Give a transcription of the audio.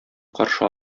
каршы